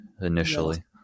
initially